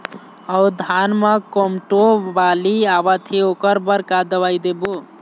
अऊ धान म कोमटो बाली आवत हे ओकर बर का दवई देबो?